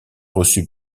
reçut